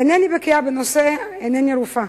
אינני בקיאה בנושא, אינני רופאה.